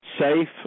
Safe